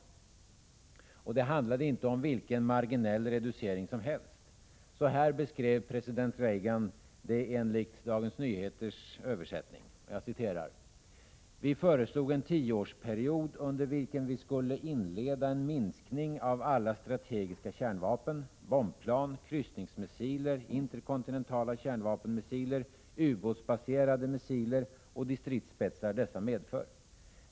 Det handlade inte om vilken marginell reducering som helst. Så här beskrev president Reagan det enligt Dagens Nyheters översättning: Vi föreslog en tioårsperiod under vilken vi skulle inleda en minskning av alla strategiska kärnvapen, bombplan, kryssningsmissiler, interkontinentala kärnvapenmissiler, ubåtsbaserade missiler och de stridsspetsar dessa medför.